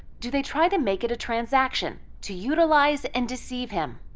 do they try to make it a transaction to utilize and deceive him?